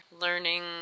learning